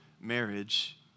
marriage